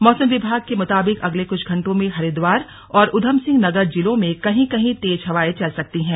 मौसम विभाग के मुताबिक अगले कुछ घंटों में हरिद्वार और उधमसिंह नगर जिलों में कहीं कहीं तेज हवाएं चल सकती हैं